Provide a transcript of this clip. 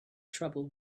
trouble